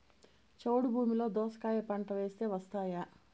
చౌడు భూమిలో దోస కాయ పంట వేస్తే వస్తాయా?